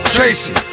Tracy